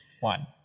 one